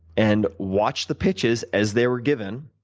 and watch the pitches as they were given